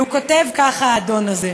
הוא כותב כך, האדון הזה: